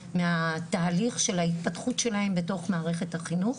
מהתהליך של ההתפתחות שלהם בתוך מערכת החינוך.